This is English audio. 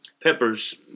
Peppers